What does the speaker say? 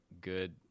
good